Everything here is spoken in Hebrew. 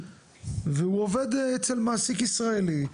והוא עובד אצל מעסיק ישראלי,